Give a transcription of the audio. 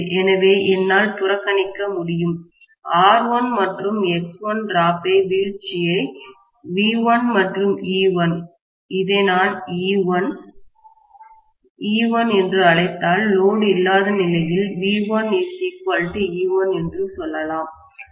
எனவே என்னால் புறக்கணிக்க முடியும் R1 மற்றும் X1 டிராப் ஐவீழ்ச்சியை V1 மற்றும் E1 இதை நான் E1 E1 என்று அழைத்தால் லோடு இல்லாத நிலையில் V1E1 என்று சொல்லலாம்